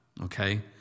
okay